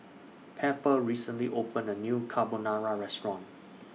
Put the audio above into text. Pepper recently opened A New Carbonara Restaurant